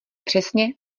přesně